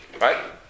right